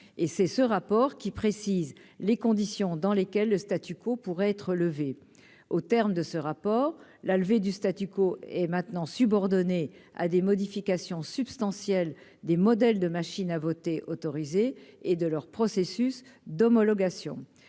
et c'est ce rapport qui précise les conditions dans lesquelles le statu quo pourrait être levé au terme de ce rapport, la levée du statu quo et maintenant subordonnée à des modifications substantielles des modèles de machines à voter autorisé et de leur processus d'homologation